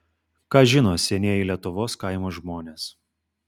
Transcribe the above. ką žino senieji lietuvos kaimo žmonės